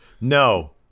No